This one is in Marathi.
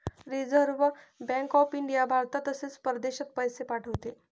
रिझर्व्ह बँक ऑफ इंडिया भारतात तसेच परदेशात पैसे पाठवते